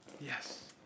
Yes